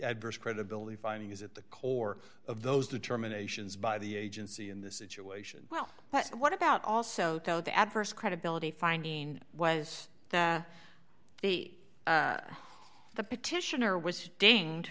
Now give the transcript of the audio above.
adverse credibility finding is at the core of those determinations by the agency in this situation well but what about also though the adverse credibility finding was that the petitioner was da